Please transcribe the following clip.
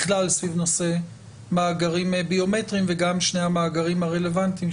בכלל סביב נושא מאגרים ביומטריים וגם שני המאגרים הרלוונטיים,